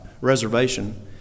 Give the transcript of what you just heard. reservation